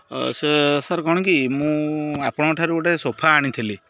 ସେ ସାର୍ କ'ଣ କି ମୁଁ ଆପଣଙ୍କ ଠାରୁ ଗୋଟେ ସୋଫା ଆଣିଥିଲି